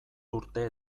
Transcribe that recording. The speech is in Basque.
urte